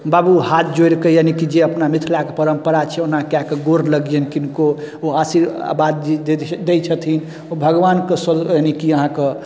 बाबू हाथ जोड़िकऽ यानिकी जे अपना मिथिलाके परम्परा छै ओना कऽ कऽ गोर लगिअनि किनको ओ आशीर्वाद दै छथिन ओ भगवानके यानीकि अहाँके